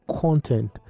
content